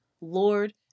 Lord